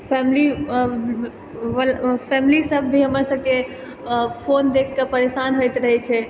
family family सब भी हमर सबके फोन देखके परेशान होइत रहै छै